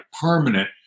permanent